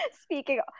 Speaking